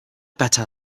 better